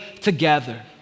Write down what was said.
together